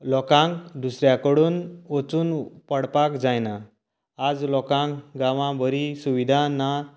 लोकांक दुसऱ्या कडून वचून पडपाक जायना आज लोकांक गांवात बरी सुविधा ना